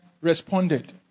responded